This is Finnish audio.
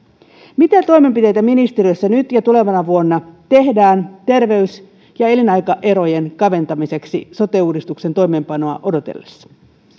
mitä toimenpiteitä ministeriössä nyt ja tulevana vuonna tehdään terveys ja elinaikaerojen kaventamiseksi sote uudistuksen toimeenpanoa odotellessa